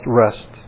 rest